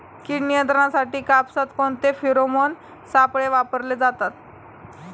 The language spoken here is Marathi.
कीड नियंत्रणासाठी कापसात कोणते फेरोमोन सापळे वापरले जातात?